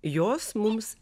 jos mums